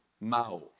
Mao